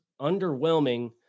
underwhelming